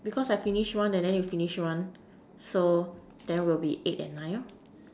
because I finish one and then you finish one so there will be eight and nine lor